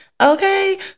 okay